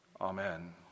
Amen